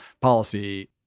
policy